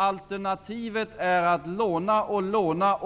Alternativet är att låna och låna